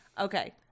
Okay